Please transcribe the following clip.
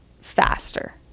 faster